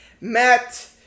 Matt